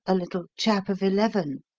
a little chap of eleven.